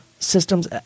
Systems